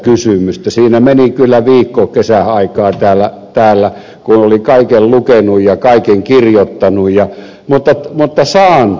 siinä meni kyllä viikko kesäaikaa täällä kun oli kaiken lukenut ja kaiken kirjoittanut